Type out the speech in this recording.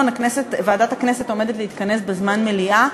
ועדת הכנסת עומדת להתכנס בזמן מליאה.